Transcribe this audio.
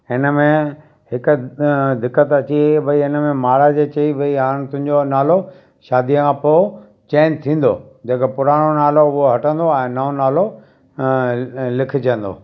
पर हिनमें हिक दिक़तु अची वई भई हिनमें महाराज चयईं भई हाणे तुंहिंजो नालो शादी खां पोइ चेंज थींदो जेको पुराणो नालो उहो हटंदो ऐं नओ नालो लिखजंदो